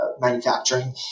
manufacturing